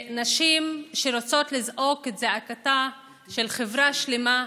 שרוצות לזעוק את זעקתה של חברה שלמה,